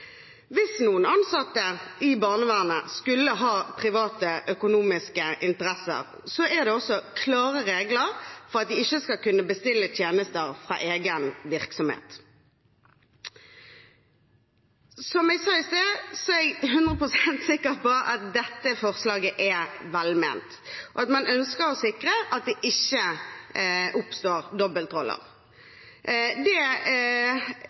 Hvis noen ansatte i barnevernet skulle ha private økonomiske interesser, er det også klare regler for at de ikke skal kunne bestille tjenester fra egen virksomhet. Som jeg sa i stad, er jeg 100 pst. sikker på at dette forslaget er velment, at man ønsker å sikre at det ikke oppstår dobbeltroller. Det